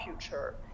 future